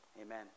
Amen